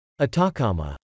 Atacama